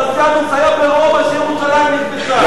אספסיאנוס היה ברומא כשירושלים נכבשה,